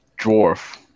dwarf